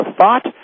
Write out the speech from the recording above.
thought